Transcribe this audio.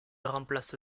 remplace